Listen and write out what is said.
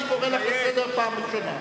אני קורא לך לסדר פעם ראשונה.